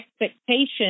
expectations